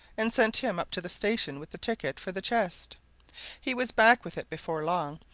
and sent him up to the station with the ticket for the chest he was back with it before long,